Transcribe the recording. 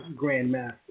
Grandmaster